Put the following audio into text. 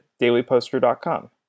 dailyposter.com